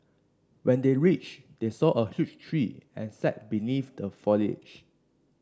when they reached they saw a huge tree and sat beneath the foliage